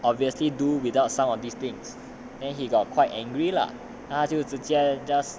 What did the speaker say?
obviously do without some of these things and he got quite angry lah then 他就直接 just